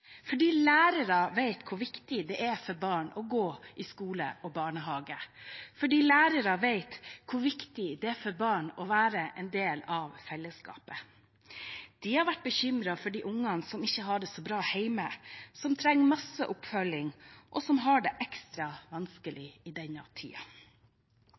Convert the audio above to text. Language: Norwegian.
fordi lærere vet hvor viktig det er for barn å gå i skole og barnehage, de vet hvor viktig det er for barn å være en del av fellesskapet. De har vært bekymret for de ungene som ikke har det så bra hjemme, som trenger masse oppfølging, og som har det ekstra vanskelig